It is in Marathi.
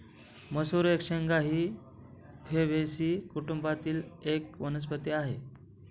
मसूर एक शेंगा ही फेबेसी कुटुंबातील एक वनस्पती आहे